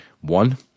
One